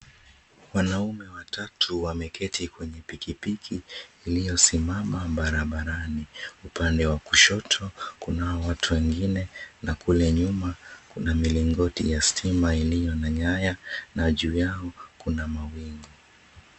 Wanaume watatu wameketi kwenye pikipiki iliyosimama barabarani, upande wa kushoto kuna watu wengine na kule nyuma kuna milingoti ya stima iliyo na nyaya na juu yao kuna mawingu.